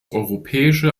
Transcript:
europäische